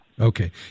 Okay